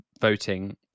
voting